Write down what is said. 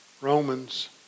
Romans